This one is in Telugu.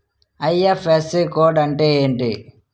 ఐ.ఫ్.ఎస్.సి కోడ్ అంటే ఏంటి?